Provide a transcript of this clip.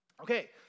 Okay